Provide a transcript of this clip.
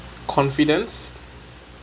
confidence